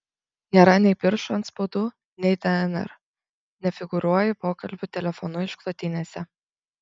nėra nei pirštų atspaudų nei dnr nefigūruoju pokalbių telefonu išklotinėse